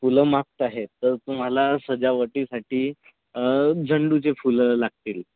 फुलं मागता आहे तर तुम्हाला सजावटीसाठी झेंडूचे फुलं लागतील